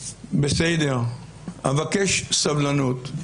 בסדר, אבקש סבלנות.